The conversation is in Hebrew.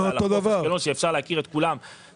על חוף אשקלון שאפשר להכיר בכולם -- לא אותו דבר.